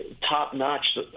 top-notch